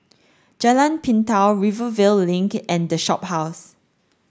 Jalan Pintau Rivervale Link and the Shophouse